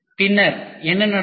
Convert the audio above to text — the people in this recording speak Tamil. பின்னர் என்ன நடக்கும்